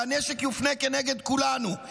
והנשק יופנה כנגד כולנו,